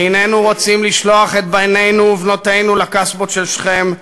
איננו רוצים לשלוח את בנינו ובנותינו אל הקסבות של שכם,